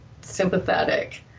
sympathetic